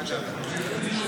32 בעד, 43